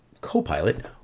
Copilot